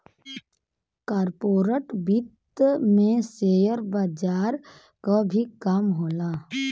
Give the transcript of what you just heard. corporate वित्त में share बजार क भी काम होला